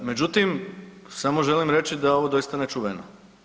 Međutim, samo želim reći da je ovo doista nečuveno.